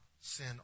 sin